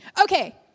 Okay